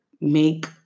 make